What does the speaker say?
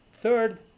Third